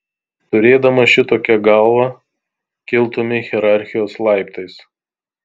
turėdamas šitokią galvą kiltumei hierarchijos laiptais